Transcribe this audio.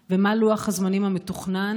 4. מה לוח הזמנים המתוכנן?